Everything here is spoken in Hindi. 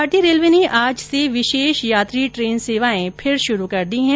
भारतीय रेलवे ने आज से विशेष यात्री ट्रेन सेवाएं फिर शुरू कर दी है